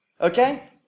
Okay